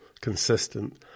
consistent